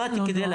לא הבנתי מה